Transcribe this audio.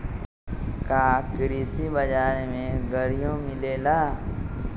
का कृषि बजार में गड़ियो मिलेला?